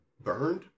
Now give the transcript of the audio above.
burned